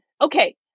Okay